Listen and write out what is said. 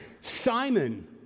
Simon